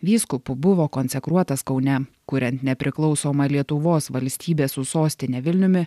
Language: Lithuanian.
vyskupu buvo konsekruotas kaune kuriant nepriklausomą lietuvos valstybę su sostine vilniumi